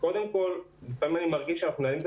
לפעמים אני מרגיש שאנחנו מנהלים את